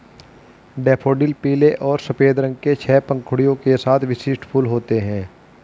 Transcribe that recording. daffodil पीले और सफ़ेद रंग के छह पंखुड़ियों के साथ विशिष्ट फूल होते हैं